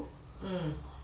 mmhmm